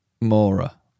Mora